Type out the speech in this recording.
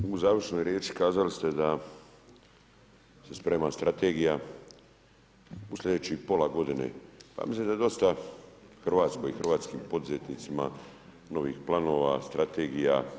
Tajniče u završnoj riječi kazali ste da se sprema strategija u sljedećih pola godine, ja mislim da je dosta Hrvatskoj i hrvatskim poduzetnicima novih planova, strategija.